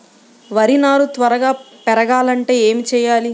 వరి నారు త్వరగా పెరగాలంటే ఏమి చెయ్యాలి?